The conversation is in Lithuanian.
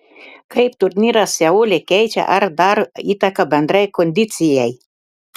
kaip turnyras seule keičia ar daro įtaką bendrai kondicijai